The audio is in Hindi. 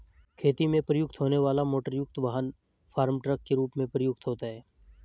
खेती में प्रयुक्त होने वाला मोटरयुक्त वाहन फार्म ट्रक के रूप में प्रयुक्त होता है